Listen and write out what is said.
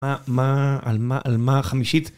מה? מה? על מה? על מה חמישית?